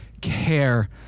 care